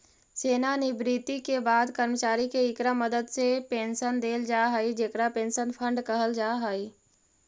सेवानिवृत्ति के बाद कर्मचारि के इकरा मदद से पेंशन देल जा हई जेकरा पेंशन फंड कहल जा हई